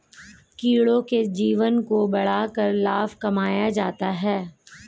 कीड़ों के जीवन को बढ़ाकर लाभ कमाया जाता है